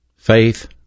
faith